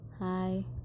hi